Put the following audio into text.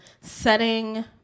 setting